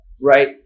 right